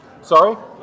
Sorry